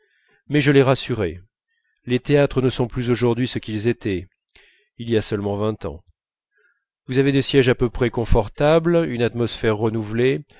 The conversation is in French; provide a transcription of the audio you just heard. mais je l'ai rassuré les théâtres ne sont plus aujourd'hui ce qu'ils étaient il y a seulement vingt ans vous avez des sièges à peu près confortables une atmosphère renouvelée